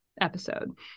episode